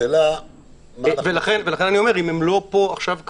אם הם לא פה עכשיו,